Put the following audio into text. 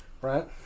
Right